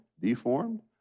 deformed